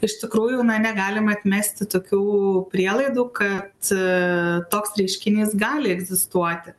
iš tikrųjų na negalima atmesti tokių prielaidų kad aa toks reiškinys gali egzistuoti